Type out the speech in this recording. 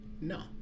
no